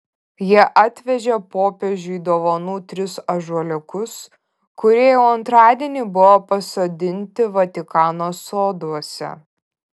jie atvežė popiežiui dovanų tris ąžuoliukus kurie jau antradienį buvo pasodinti vatikano soduose